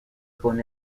con